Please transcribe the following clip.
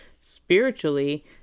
spiritually